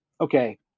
okay